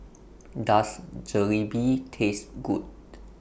Does Jalebi Taste Good